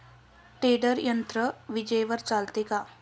Tedder यंत्र विजेवर चालते का?